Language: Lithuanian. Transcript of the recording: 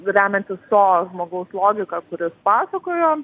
remiantis to žmogaus logika kuris pasakojo